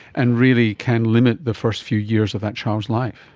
and really can limit the first few years of that child's life.